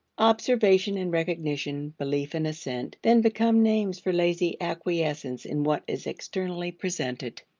observation and recognition, belief and assent, then become names for lazy acquiescence in what is externally presented.